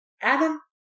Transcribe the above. Adam